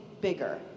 bigger